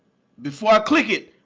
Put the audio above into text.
before i click it,